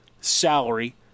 salary